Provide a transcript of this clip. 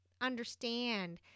understand